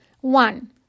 One